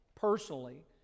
personally